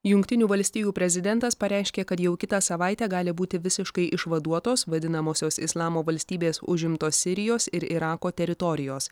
jungtinių valstijų prezidentas pareiškė kad jau kitą savaitę gali būti visiškai išvaduotos vadinamosios islamo valstybės užimtos sirijos ir irako teritorijos